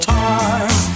time